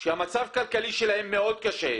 שהמצב הכלכלי שלהם מאוד קשה,